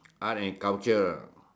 art and culture